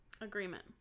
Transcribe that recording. Agreement